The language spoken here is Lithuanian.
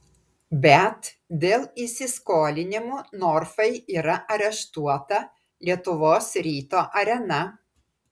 bet dėl įsiskolinimų norfai yra areštuota lietuvos ryto arena